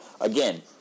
again